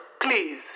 please